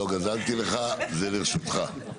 לא גזלתי לך, זה לרשותך.